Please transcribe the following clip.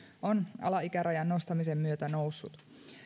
on alaikärajan nostamisen myötä noussut